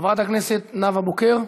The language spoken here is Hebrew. חברת הכנסת נאוה בוקר,